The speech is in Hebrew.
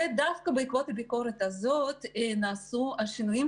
דווקא בעקבות הביקורת הזאת נעשו השינויים,